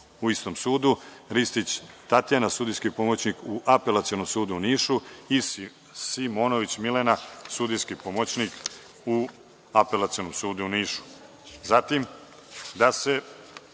u istom sudu, Ristić Tatjana, sudijski pomoćnik u Apelacionom sudu u Nišu i Simonović Milena, sudijski pomoćnik u Apelacionom sudu u